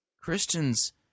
Christians